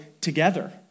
together